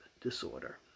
disorder